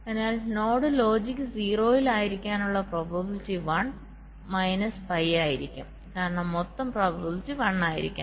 അതിനാൽ node logic 0 ൽ ആയിരിക്കാനുള്ള പ്രോബബിലിറ്റി1 മൈനസ് പൈ ആയിരിക്കും കാരണം മൊത്തം പ്രോബബിലിറ്റി 1 ആയിരിക്കണം